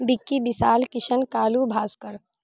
Vicky Vishal Kishan Kalu Bhaskar